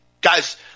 Guys